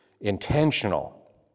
intentional